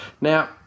now